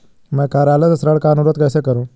मैं कार्यालय से ऋण का अनुरोध कैसे करूँ?